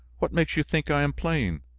what makes you think i am playing?